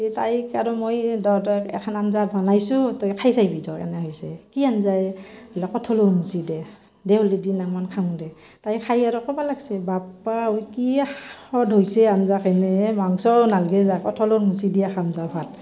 এই তাইক আৰু মই দ দকে এখান আঞ্জা বনাইছোঁ তই খাই চাইবি তই কেনে হৈছে কি আঞ্জা এ বোলে কঁঠালৰ মুচি দে দে আৰু দি না মই খাওঁ দে তাই খাই আৰু ক'বা লাগছে বাপ্পা ঐ কি সোৱাদ হৈছে আঞ্জাখনি এই মাংস নালগে যা কঁঠালৰ মুচি দিয়ে খাম যা ভাত